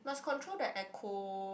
must control the echo